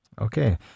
Okay